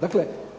2003.